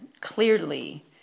clearly